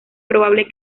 probable